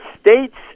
states